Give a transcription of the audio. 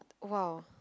!wow!